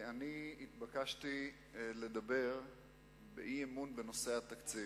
אני התבקשתי לדבר באי-אמון בנושא התקציב.